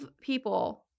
people